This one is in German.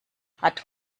hat